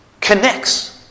connects